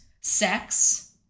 sex